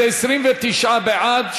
זה 29 בעד,